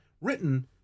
written